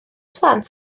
plant